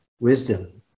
wisdom